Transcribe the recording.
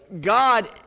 God